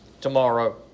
tomorrow